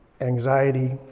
anxiety